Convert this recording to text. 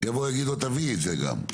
יגידו לו תביא את זה גם.